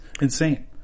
Insane